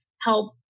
help